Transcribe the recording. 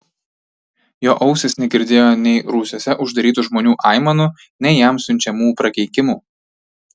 jo ausys negirdėjo nei rūsiuose uždarytų žmonių aimanų nei jam siunčiamų prakeikimų